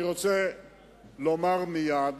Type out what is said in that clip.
אני רוצה לומר מייד